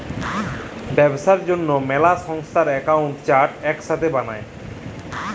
ব্যবসার জ্যনহে ম্যালা সংস্থার একাউল্ট চার্ট ইকসাথে বালায়